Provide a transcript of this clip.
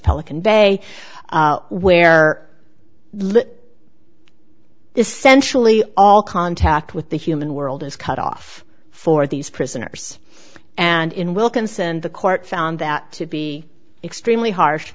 pelican bay where essentially all contact with the human world is cut off for these prisoners and in wilkinson the court found that to be extremely harsh